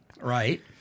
right